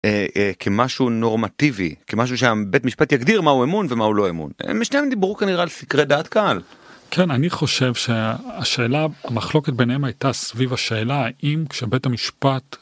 כמשהו נורמטיבי, כמשהו שהבית המשפט יגדיר מהו אמון ומהו לא אמון, הם שנייהם דיברו כנראה על סקרי דעת קהל. כן, אני חושב שהשאלה, המחלוקת ביניהם הייתה סביב השאלה האם כשבית המשפט